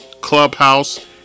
Clubhouse